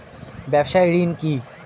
ব্যবসায় ঋণ কি?